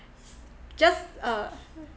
just uh